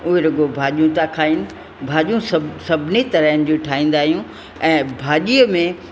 उहे रुॻो भाॼियूं था खाइनि भाॼियूं सभु सभिनी तरहनि जूं ठाहींदा आहियूं ऐं भाॼीअ में